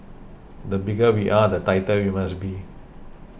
the bigger we are the tighter we must be